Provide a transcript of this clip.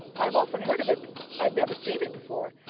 i've often heard of it but i've never seen it before.